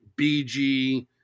BG